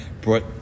brought